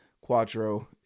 quattro